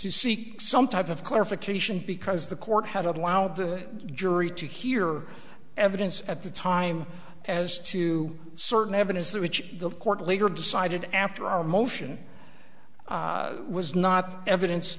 to seek some type of clarification because the court had allowed the jury to hear evidence at the time as to certain evidence which the court later decided after our motion was not evidence